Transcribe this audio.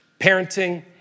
parenting